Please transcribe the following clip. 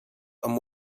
amb